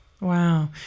Wow